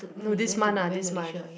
no this month ah this month